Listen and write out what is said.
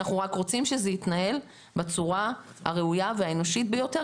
אנחנו רק רוצים שזה יתנהל בצורה הראויה והאנושית ביותר,